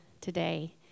today